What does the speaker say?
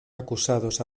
acusados